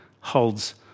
holds